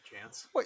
chance